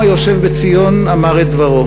העם היושב בציון אמר את דברו.